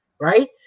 right